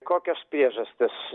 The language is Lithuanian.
kokios priežastys